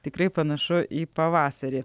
tikrai panašu į pavasarį